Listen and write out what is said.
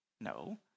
No